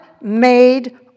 made